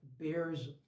bears